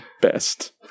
best